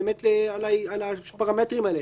על הפרמטרים האלה,